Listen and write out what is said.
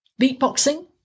Beatboxing